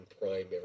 primary